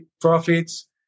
profits